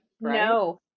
No